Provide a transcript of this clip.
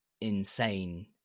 insane